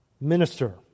Minister